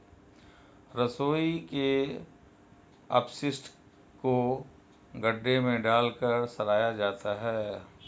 रसोई के अपशिष्ट को गड्ढे में डालकर सड़ाया जाता है